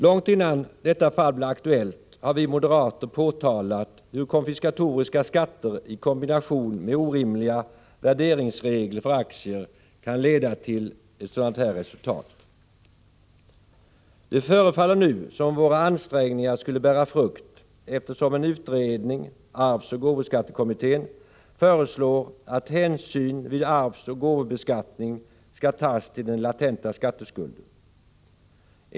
Långt innan detta fall blev aktuellt har vi moderater påtalat hur konfiskatoriska skatter i kombination med orimliga värderingsregler för aktier kan leda till sådana här resultat. Det förefaller nu som om våra ansträngningar skulle bära frukt, eftersom en utredning, arvsoch gåvoskattekommittén, föreslår att hänsyn vid arvsoch gåvobeskattning skall tas till den latenta skatteskulden.